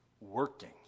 working